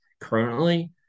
currently